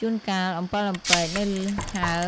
ជួនកាលអំពិលអំពែកនៅហើរ